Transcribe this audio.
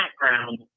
background